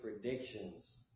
predictions